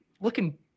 looking